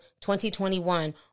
2021